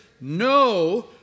no